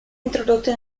introdotte